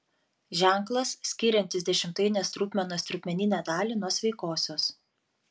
ženklas skiriantis dešimtainės trupmenos trupmeninę dalį nuo sveikosios